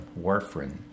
warfarin